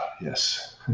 yes